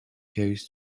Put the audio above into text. goes